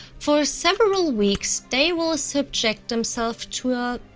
for several weeks they will subject themselves to a,